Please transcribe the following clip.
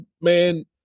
man